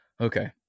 Okay